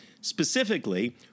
specifically